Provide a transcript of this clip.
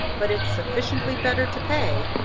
but it's sufficiently better to pay.